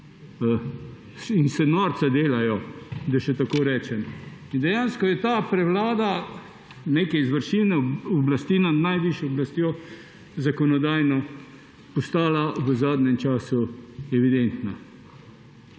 in se norca delajo, da še tako rečem. Dejansko je ta prevlada izvršilne oblasti nad najvišjo zakonodajno oblastjo postala v zadnjem času evidentna.